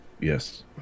Yes